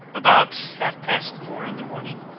about half past four in the morning,